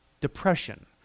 depression